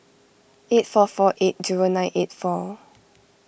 eight four four eight zero nine eight four